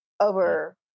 over